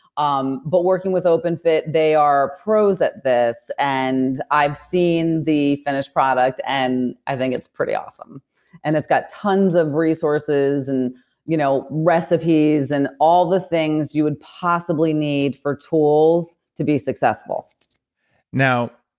um but working with open fit, they are pros at this and i've seen the finished product and i think it's pretty awesome and it's got tons of resources and you know recipes and all the things you would possibly need for tools to be successful now,